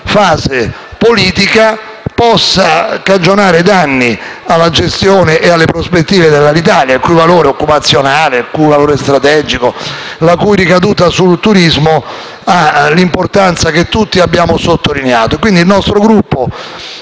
fase politica potesse cagionare danni alla gestione e alle prospettive dell'Alitalia, il cui valore occupazionale e strategico e la cui ricaduta sul turismo hanno l'importanza che tutti abbiamo sottolineato. Il nostro Gruppo,